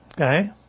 Okay